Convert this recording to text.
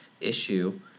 issue